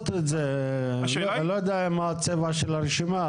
אני לא יודע מה הצבע של הרשימה,